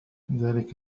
ذلك